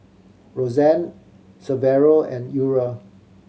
Roseanne Severo and Eura